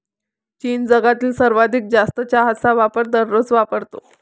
चीन जगातील सर्वाधिक जास्त चहाचा वापर दररोज वापरतो